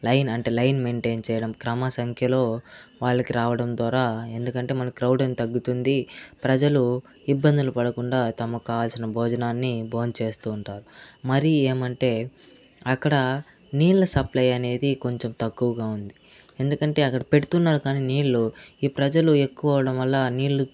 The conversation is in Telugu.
లైన్ అంటే లైన్ మెయింటైన్ చేయడం క్రమ సంఖ్యలో వాళ్ళకి రావడం ద్వారా ఎందుకంటే మన క్రౌడ్ ఎంత తగ్గుతుంది ప్రజలు ఇబ్బందులు పడకుండా తమకు కావాల్సిన భోజనాన్ని భోంచేస్తుంటారు మరి ఏమంటే అక్కడ నీళ్ళ సప్లై అనేది కొంచెం తక్కువగా ఉంది ఎందుకంటే అక్కడ పెడుతున్నారు కానీ నీళ్ళు ఈ ప్రజలు ఎక్కువ అవ్వడం వల్ల ఆ నీళ్ళు